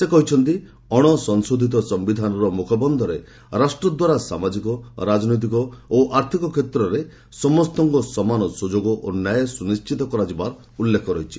ସେ କହିଛନ୍ତି ଅଣସଂଶୋଧିତ ସମ୍ଭିଧାନର ମୁଖବନ୍ଧରେ ରାଷ୍ଟ୍ରଦ୍ୱାରା ସାମାଜିକ ରାଜନୈତିକ ଓ ଆର୍ଥିକ କ୍ଷେତ୍ରରେ ସମସ୍ତଙ୍କୁ ସମାନ ସୁଯୋଗ ଓ ନ୍ୟାୟ ସୁନିଣ୍ଟିତ କରାଯିବାର ଉଲ୍ଲେଖ ରହିଛି